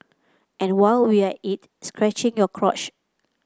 and while we at it scratching your crotch